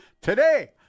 today